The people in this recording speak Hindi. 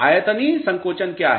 आयतनीय संकोचन क्या है